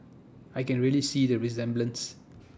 I can really see the resemblance